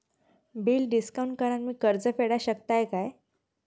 Bill discount करान मी कर्ज फेडा शकताय काय?